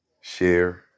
share